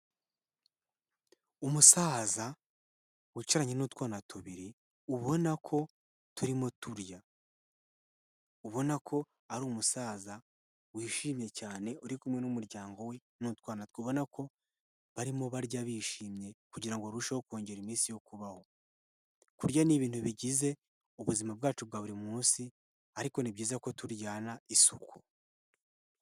Umusaza wicaranye n'utwana tubiri ubona ko turimo turya, ubona ko ari umusaza wishimye cyane uri kumwe n'umuryango we n'utwana twe, ubona ko barimo barya bishimye kugira ngo barusheho kongera iminsi yo kubaho, kurya ni ibintu bigize ubuzima bwacu bwa buri munsi ariko ni byiza ko tujyana isuku.